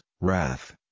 wrath